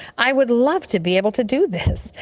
i would love to be able to do this.